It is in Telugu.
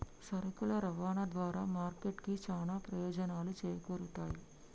సరుకుల రవాణా ద్వారా మార్కెట్ కి చానా ప్రయోజనాలు చేకూరుతయ్